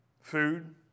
food